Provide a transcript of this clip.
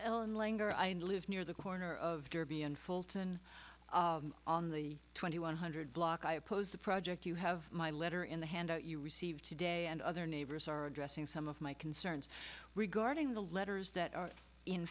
ellen langer i live near the corner of derby and fulton on the twenty one hundred block i opposed the project you have my letter in the handout you received today and other neighbors are addressing some of my concerns regarding the letters that are in